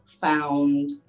found